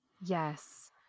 Yes